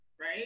right